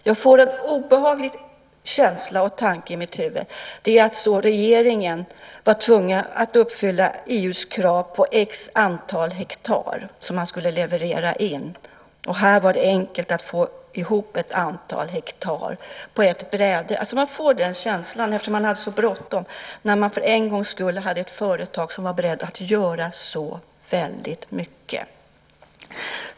Jag får en obehaglig känsla av och en tanke i mitt huvud om att regeringen var tvungen att uppfylla EU:s krav på ett visst antal hektar som man skulle leverera in. Här var det enkelt att få ihop ett antal hektar på ett bräde. Jag får den känslan eftersom man hade så bråttom, när man för en gångs skull hade ett företag som var berett att göra så väldigt mycket.